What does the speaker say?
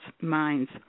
minds